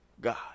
God